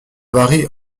varie